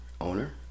owner